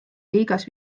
liigas